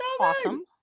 Awesome